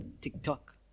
TikTok